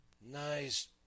Nice